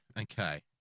Okay